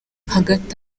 hagati